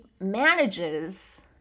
manages